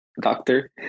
Doctor